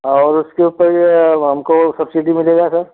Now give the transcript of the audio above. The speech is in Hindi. और उसके ऊपर ये अब हमको सब्सिडी मिलेगा सर